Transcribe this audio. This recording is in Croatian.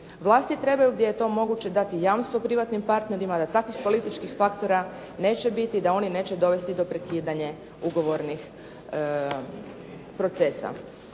Vlasti trebaju gdje je to moguće dati jamstvo privatnim partnerima da takvih političkih faktora neće biti i da oni neće dovesti do prekidanja ugovornih procesa.